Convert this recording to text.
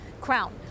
Crown